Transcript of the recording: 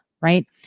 right